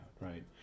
Right